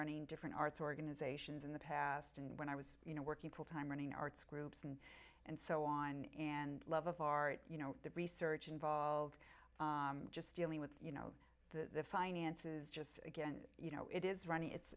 running different arts organizations in the past and when i was you know working full time running arts groups and and so on and love of art you know the research involved just dealing with you know the finances just again you know it is running it's